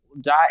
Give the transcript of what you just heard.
Die